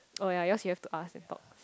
oh yea yours you have to ask and talk